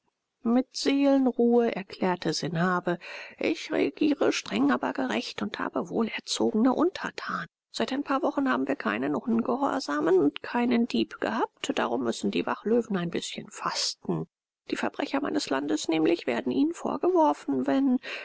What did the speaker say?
mit seelenruhe erklärte sanhabe ich regiere streng aber gerecht und habe wohlerzogene untertanen seit ein paar wochen haben wir keinen ungehorsamen und keinen dieb gehabt darum müssen die wachlöwen ein bißchen fasten die verbrecher meines landes nämlich werden ihnen vorgeworfen wenn